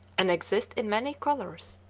and exist in many colors,